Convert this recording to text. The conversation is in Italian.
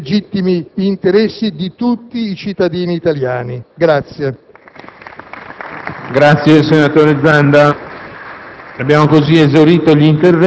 in un quadro europeo - i legittimi interessi di tutti i cittadini italiani.